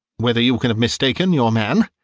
whether you can have mistaken your man.